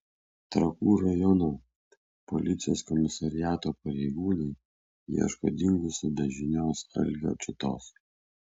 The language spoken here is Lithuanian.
trakų rajono policijos komisariato pareigūnai ieško dingusio be žinios algio čiutos